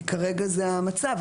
כרגע זה המצב.